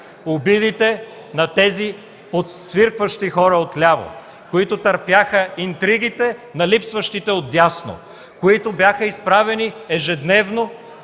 обидите на тези подсвиркващи хора отляво, които търпяха интригите на липсващите отдясно, които бяха изправени ежедневно